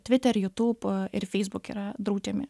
tviter jutūb ir feisbuk yra draudžiami